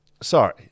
Sorry